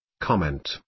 Comment